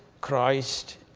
Christ